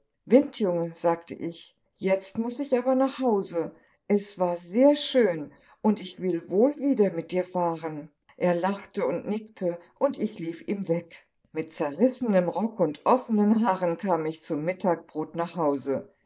windjunge sagte ich jetzt muß ich aber nach hause es war sehr schön und ich will wohl wieder mit dir fahren er lachte und nickte und ich lief ihm weg mit zerrissenem rock und offenen haaren kam ich zum mittagbrot nach hause